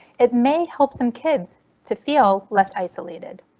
it may help some kids to feel less isolated.